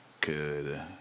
good